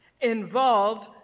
involve